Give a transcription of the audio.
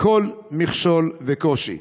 כל מכשול וקושי.